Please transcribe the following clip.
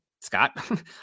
Scott